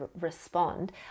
respond